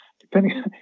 depending